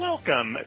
Welcome